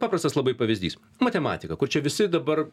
paprastas labai pavyzdys matematika kur čia visi dabar